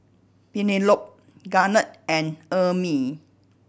Penelope Garnett and Ermine